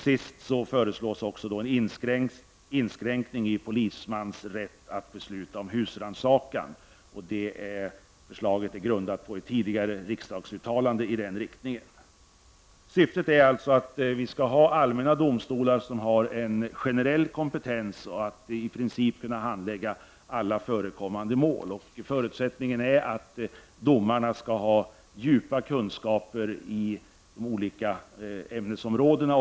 Vidare föreslås en inskränkning i polismans rätt att besluta om husrannsakan. Förslaget grundas på ett tidigare riksdagsuttalande i den riktningen. Syftet är alltså att vi skall ha allmänna domstolar med en generell kompetens. I princip skall de kunna handlägga alla förekommande mål. Förutsättningen är att domarna skall ha djupa kunskaper i de olika ämnesområdena.